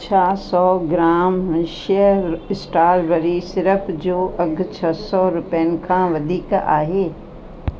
छा सौ ग्राम शेयर स्ट्रॉबेरी सिरप जो अघु छह सौ रुपयनि खां वधीक आहे